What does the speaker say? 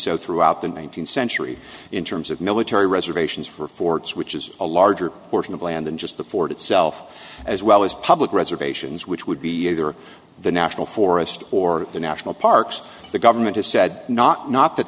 so throughout the nineteenth century in terms of military reservations for forts which is a larger portion of land than just the fort itself as well as public reservations which would be either the national forest or the national parks the government has said not not that